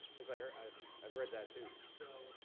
cause i've i've read that, too. so